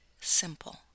simple